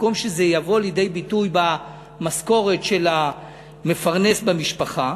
במקום שזה יבוא לידי ביטוי במשכורת של המפרנס במשפחה,